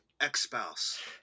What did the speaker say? ex-spouse